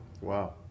Wow